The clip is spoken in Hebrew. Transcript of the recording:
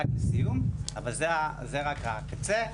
אבל זה רק הקצה.